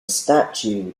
statue